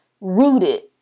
rooted